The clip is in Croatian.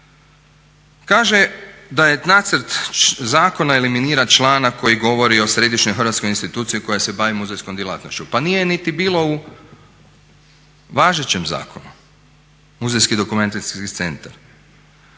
Kaže da nacrt zakona eliminira članak koji govori o središnjoj hrvatskoj instituciji koja se bavi muzejskom djelatnošću. Pa nije je niti bilo u važećem zakonu, Muzejski dokumentacijski centar,